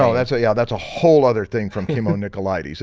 so that's a yeah, that's a whole other thing from kimon nicolaides,